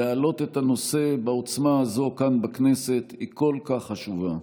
להעלות את הנושא בעוצמה הזאת כאן בכנסת היא כל כך חשובה.